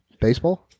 baseball